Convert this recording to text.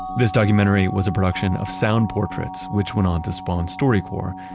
this documentary was a production of sound portraits which went on to spawn storycorps,